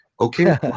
Okay